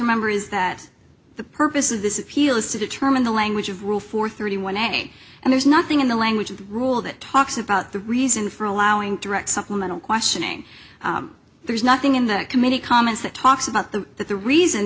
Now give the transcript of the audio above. remember is that the purpose of this is peel is to determine the language of rule for thirty one a day and there's nothing in the language of the rule that talks about the reason for allowing direct supplemental questioning there's nothing in that committee comments that talks about the that the reason